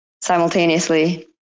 simultaneously